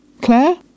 Claire